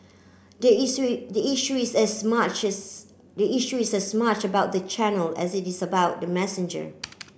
the issue the issue is as much as the issue is as much about the channel as it is about the messenger